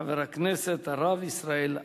חבר הכנסת הרב ישראל אייכלר.